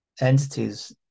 entities